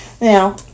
Now